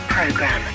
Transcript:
Program